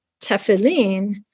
tefillin